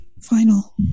final